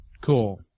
Cool